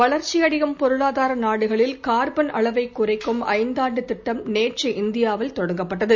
வளர்ச்சியடையும் பொருளாதார நாடுகளில் கார்பள் அளவைக் குறைக்கும் ஐந்தாண்டுத் திட்டம் நேற்று இந்தியாவில் தொடங்கப்பட்டது